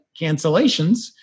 cancellations